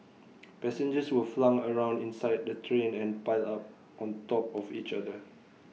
passengers were flung around inside the train and piled on top of each other